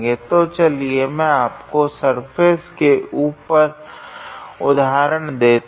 तो चलिए मैं आपको सर्फेस के ऊपर उदाहरण देता हूँ